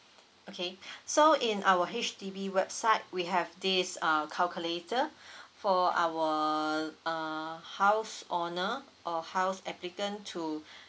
okay so in our H_D_B website we have this uh calculator for our err house owner or house applicant to